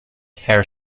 her